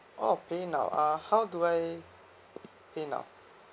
oh paynow uh how do I paynow